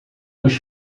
nos